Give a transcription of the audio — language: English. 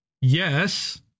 yes